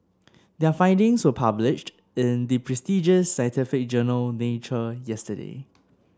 their findings were published in the prestigious scientific journal Nature yesterday